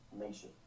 nation